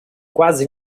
quase